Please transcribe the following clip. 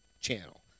channel